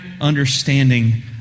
understanding